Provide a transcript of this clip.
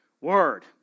word